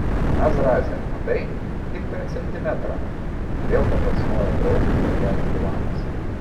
na zraze matai tik per centimetrą vėl patapšnojo draugui per petį ivanas